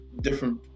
different